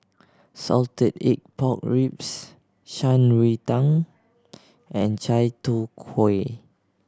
salted egg pork ribs Shan Rui Tang and chai tow kway